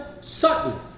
Sutton